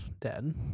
dead